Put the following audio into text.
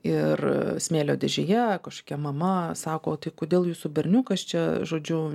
ir smėlio dėžėje kažkokia mama sako tai kodėl jūsų berniukas čia žodžiu